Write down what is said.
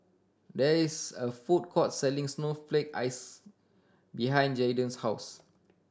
there is a food court selling snowflake ice behind Jaiden's house